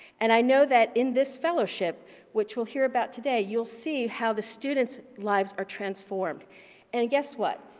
and i know that in this fellowship which we'll hear about today, you'll see how the student's lives are transformed and guess what?